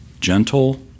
gentle